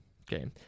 Okay